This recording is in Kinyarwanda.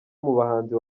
muhanzi